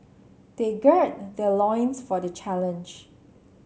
they gird their loins for the challenge